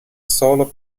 solo